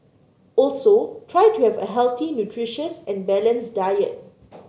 also try to have a healthy nutritious and balanced diet